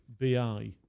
BI